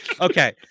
okay